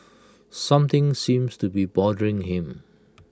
something seems to be bothering him